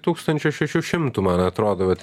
tūkstančio šešių šimtų man atrodo vat